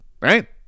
Right